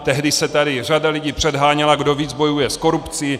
Tehdy se tady řada lidí předháněla, kdo víc bojuje s korupcí.